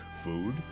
Food